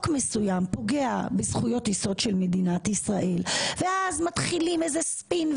מסוים פוגע בזכויות יסוד של מדינת ישראל ואז מתחילים איזה ספין,